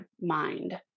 mind